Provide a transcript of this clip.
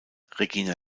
regina